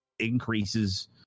increases